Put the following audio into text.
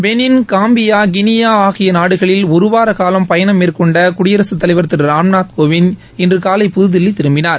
பெளின் Gambia Guinea ஆகிய நாடுகளில் ஒருவார காலம் பயணம் மேற்கொண்ட குடியரசுத்தலைவர் திரு ராம்நாத் கோவிந்த் இன்று காலை புதுதில்லி திரும்பினார்